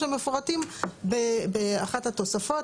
שמפורטים באחת התוספות.